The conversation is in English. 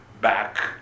back